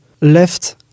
left